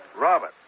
Robert